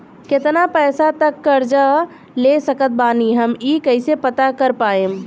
केतना पैसा तक कर्जा ले सकत बानी हम ई कइसे पता कर पाएम?